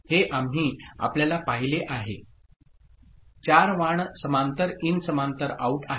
हे आम्ही आपल्याला पाहिले आहे 4 वाण समांतर इन समांतर आउट आहे